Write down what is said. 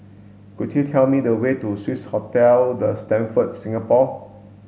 could you tell me the way to Swissotel the Stamford Singapore